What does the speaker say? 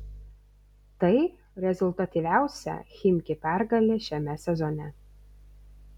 tai rezultatyviausia chimki pergalė šiame sezone